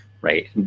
right